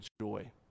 joy